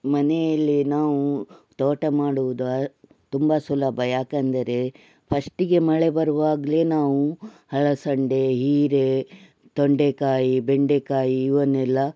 ಮನೆಯಲ್ಲಿ ನಾವು ತೋಟ ಮಾಡುವುದ ತುಂಬ ಸುಲಭ ಯಾಕಂದರೆ ಫಸ್ಟಿಗೆ ಮಳೆ ಬರುವಾಗಲೇ ನಾವು ಹಲಸಂಡೆ ಹೀರೇ ತೊಂಡೆಕಾಯಿ ಬೆಂಡೆಕಾಯಿ ಇವನ್ನೆಲ್ಲ